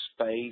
space